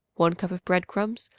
one cup of bread-crumbs,